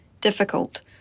difficult